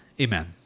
Amen